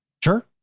sure.